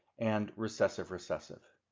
and recessive recessive.